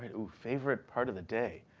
ooh. favorite part of the day.